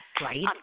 Right